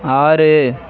ஆறு